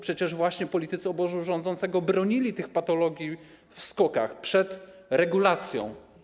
Przecież właśnie politycy obozu rządzącego bronili tych patologii w SKOK-ach przed regulacją.